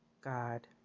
God